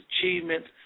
achievements